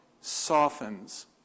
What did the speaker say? softens